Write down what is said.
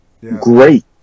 great